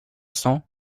cents